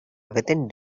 within